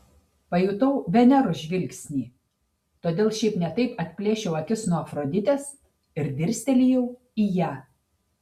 pajutau veneros žvilgsnį todėl šiaip ne taip atplėšiau akis nuo afroditės ir dirstelėjau į ją